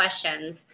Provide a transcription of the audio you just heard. questions